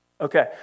Okay